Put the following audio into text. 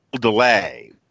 delay